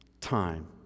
time